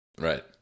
Right